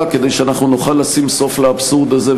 כדי שאנחנו נוכל לשים סוף לאבסורד הזה,